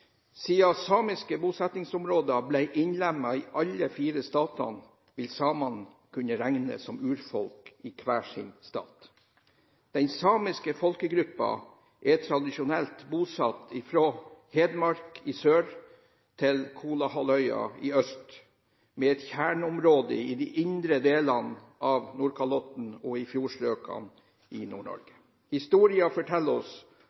Siden samiske bosettingsområder ble innlemmet i alle fire statene, vil samene kunne regnes som urfolk i hver sin stat. Den samiske folkegruppen er tradisjonelt bosatt fra Hedmark i sør til Kola-halvøya i øst, med et kjerneområde i de indre delene av Nordkalotten og i fjordstrøkene i Nord-Norge. Historien forteller oss